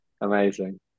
Amazing